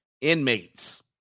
inmates